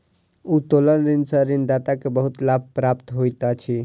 उत्तोलन ऋण सॅ ऋणदाता के बहुत लाभ प्राप्त होइत अछि